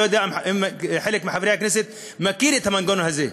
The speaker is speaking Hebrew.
לא יודע אם חלק מחברי הכנסת מכיר את המנגנון הזה,